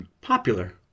popular